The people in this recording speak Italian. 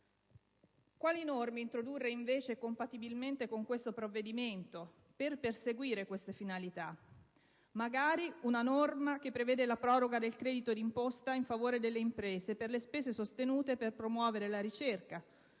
Quali norme introdurre, invece, compatibilmente con questo provvedimento per perseguire queste finalità? Magari una norma che prevede la proroga del credito di imposta in favore delle imprese per le spese sostenute per promuovere la ricerca,